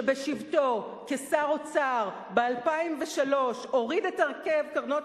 שבשבתו כשר אוצר ב-2003 הוריד את הרכב קרנות